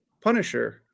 Punisher